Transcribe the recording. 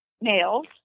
nails